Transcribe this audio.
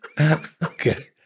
Okay